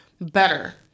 better